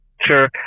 sure